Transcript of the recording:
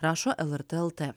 rašo lrt lt